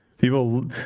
People